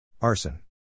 arson